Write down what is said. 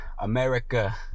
America